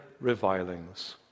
revilings